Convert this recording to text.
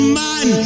man